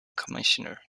commissioner